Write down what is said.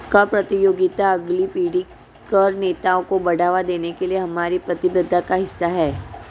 कर प्रतियोगिता अगली पीढ़ी के कर नेताओं को बढ़ावा देने के लिए हमारी प्रतिबद्धता का हिस्सा है